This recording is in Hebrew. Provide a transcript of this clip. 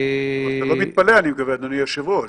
אתה לא מתפלא, אני מקווה, אדוני היושב-ראש.